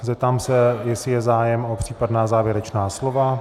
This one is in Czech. Zeptám se, jestli je zájem o případná závěrečná slova.